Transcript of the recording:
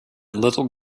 little